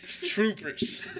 troopers